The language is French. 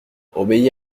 obéis